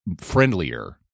friendlier